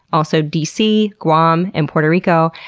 also d c, guam, and puerto rico,